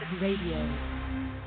Radio